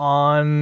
on